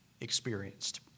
experienced